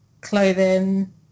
clothing